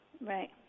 Right